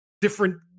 different